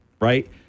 right